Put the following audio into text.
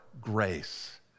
grace